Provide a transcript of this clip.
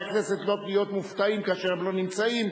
הכנסת לא להיות מופתעים כאשר הם לא נמצאים,